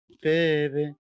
baby